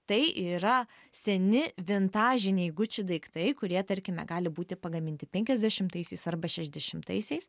tai yra seni vintažiniai gucci daiktai kurie tarkime gali būti pagaminti penkiasdešimtaisiais arba šešiasdešimtaisiais